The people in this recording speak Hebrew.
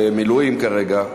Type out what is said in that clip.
במילואים כרגע,